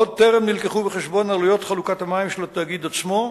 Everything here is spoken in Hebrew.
עוד טרם נלקחו בחשבון עלויות חלוקת המים של התאגיד עצמו,